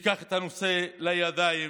שייקח את הנושא לידיים